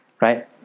right